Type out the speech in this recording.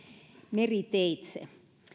meriteitse